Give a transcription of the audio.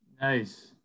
Nice